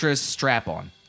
strap-on